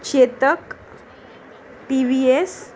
Chetak T V S